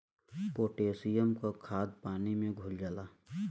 potassium क खाद पानी में घुल जाला